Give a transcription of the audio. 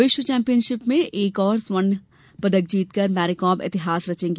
विश्व चैंपियनशिप में एक और स्वर्ण पदक जीतकर मेरिकॉम इतिहास रचेंगी